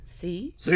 See